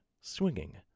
swinging